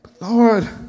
Lord